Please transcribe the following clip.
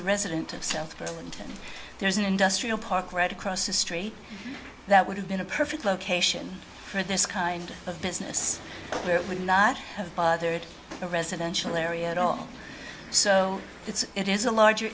a resident of south burlington there's an industrial park right across the street that would have been a perfect location for this kind of business where it would not have bothered the residential area at all so it's it is a larger